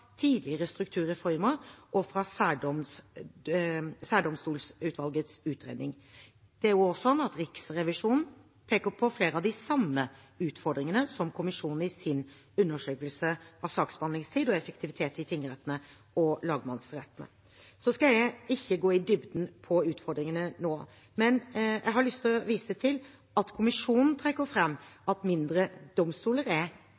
tidligere strukturreformer og Særdomstolsutvalgets utredning. Riksrevisjonen peker også på flere av de samme utfordringene som kommisjonen i sin undersøkelse av saksbehandlingstid og effektivitet i tingrettene og lagmannsrettene. Jeg skal ikke gå i dybden på utfordringene nå, men jeg har lyst til å vise til at kommisjonen trekker fram at mindre domstoler er